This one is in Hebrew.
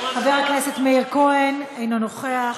חבר הכנסת מאיר כהן, אינו נוכח,